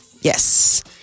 Yes